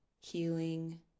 healing